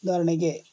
ಉದಾಹರಣೆಗೆ